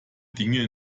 dinge